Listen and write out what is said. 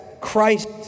Christ